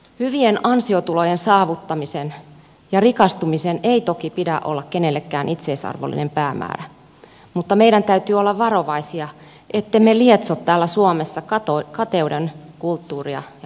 hyvien ansiotulojen saavuttamisen ja rikastumisen ei toki pidä olla kenellekään itseisarvollinen päämäärä mutta meidän täytyy olla varovaisia ettemme lietso täällä suomessa kateuden kulttuuria ja ilmapiiriä